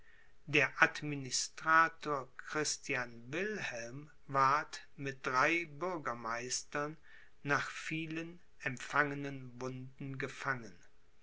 der administrator christian wilhelm ward mit drei bürgermeistern nach vielen empfangenen wunden gefangen